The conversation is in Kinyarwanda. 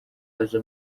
abaza